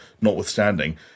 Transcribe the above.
notwithstanding